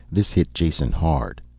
this hit jason hard.